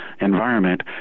environment